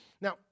Now